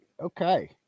Okay